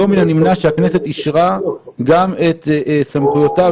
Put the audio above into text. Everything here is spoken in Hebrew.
לא מן הנמנע שהכנסת אישרה גם את סמכויותיו